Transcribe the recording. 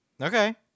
Okay